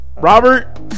Robert